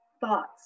thoughts